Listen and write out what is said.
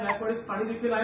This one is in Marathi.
जायकवाडीत पाणी देखील आहे